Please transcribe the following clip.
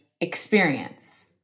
experience